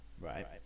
right